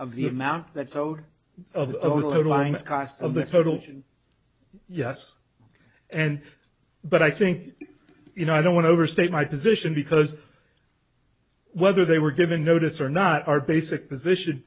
of the amount that's owed of the lines cost of the total yes and but i think you know i don't want to overstate my position because whether they were given notice or not our basic position